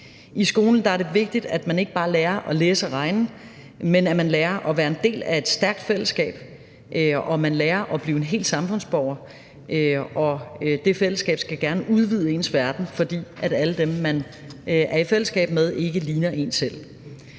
I skolen er det vigtigt at man ikke bare lære at læse og regne, men at man lærer at være en del af et stærkt fællesskab, og at man lærer at blive en hel samfundsborger. Og det fællesskab skal gerne udvide ens verden, fordi alle dem, man er i fællesskab med, ikke ligner en selv.